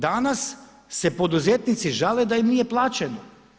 Danas se poduzetnici žale da im nije plaćeno.